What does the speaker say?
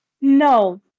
No